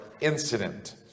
incident